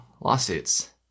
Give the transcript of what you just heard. lawsuits